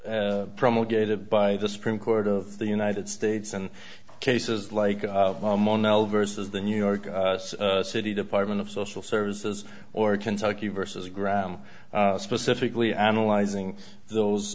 as promulgated by the supreme court of the united states and cases like versus the new york city department of social services or kentucky versus ground specifically analyzing those